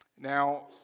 Now